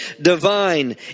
divine